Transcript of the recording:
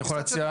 אני יכול להציע,